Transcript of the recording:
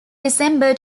december